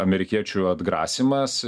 amerikiečių atgrasymas